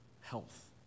health